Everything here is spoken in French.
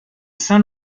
saint